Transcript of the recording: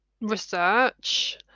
Research